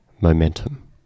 momentum